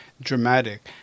dramatic